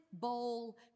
bowl